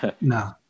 No